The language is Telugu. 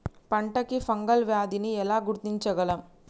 పంట కి ఫంగల్ వ్యాధి ని ఎలా గుర్తించగలం?